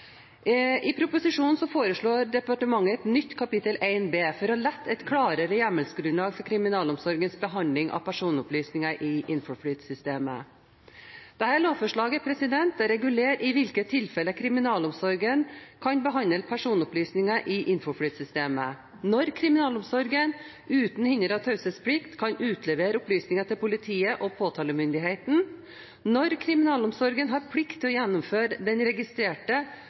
proposisjonen. I proposisjonen foreslår departementet et nytt kapittel 1 B for å få et klarere hjemmelsgrunnlag for kriminalomsorgens behandling av personopplysninger i Infoflyt-systemet. Dette lovforslaget regulerer i hvilke tilfeller kriminalomsorgen kan behandle personopplysninger i Infoflyt-systemet når kriminalomsorgen, uten hinder av taushetsplikt, kan utlevere opplysninger til politiet og påtalemyndigheten når kriminalomsorgen har plikt til å informere den registrerte